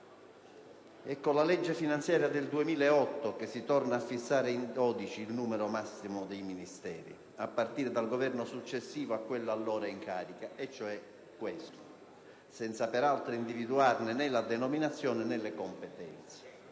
È con la legge finanziaria 2008 che si torna a fissare in 12 il numero massimo di Ministeri, a partire dal Governo successivo a quello allora in carica, e cioè questo, senza peraltro individuarne né la denominazione né le competenze.